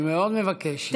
אני מאוד מבקש,